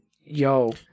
yo